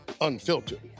unfiltered